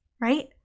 right